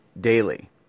daily